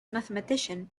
mathematician